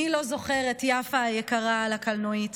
מי לא זוכר את יפה היקרה על הקלנועית?